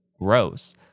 gross